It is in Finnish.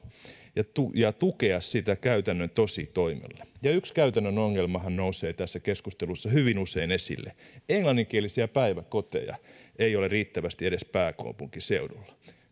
ja tukea sitä käytännön tositoimilla yksi käytännön ongelmahan nousee tässä keskustelussa hyvin usein esille englanninkielisiä päiväkoteja ei ole riittävästi edes pääkaupunkiseudulla